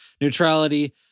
neutrality